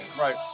Right